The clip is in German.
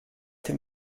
dem